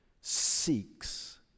seeks